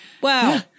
Wow